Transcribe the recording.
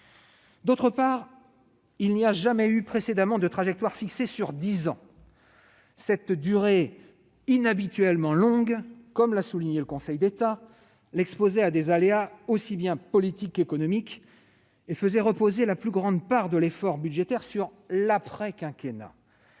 ailleurs, il n'y a jamais eu précédemment de trajectoire fixée sur dix ans. Cette durée inhabituellement longue, comme l'a souligné le Conseil d'État, l'exposait à des aléas aussi bien politiques qu'économiques, et faisait reposer la plus grande part de l'effort budgétaire sur l'après-quinquennat.